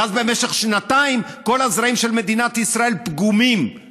ואז במשך שנתיים כל הזרעים של מדינת ישראל פגומים,